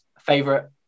favorite